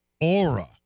aura